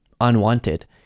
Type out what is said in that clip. unwanted